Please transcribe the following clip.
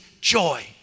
joy